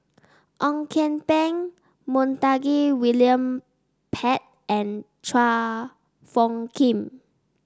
Ong Kian Peng Montague William Pett and Chua Phung Kim